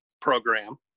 program